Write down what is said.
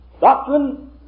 Doctrine